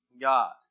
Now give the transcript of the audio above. God